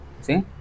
See